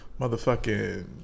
motherfucking